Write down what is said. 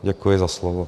Děkuji za slovo.